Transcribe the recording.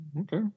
Okay